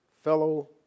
fellow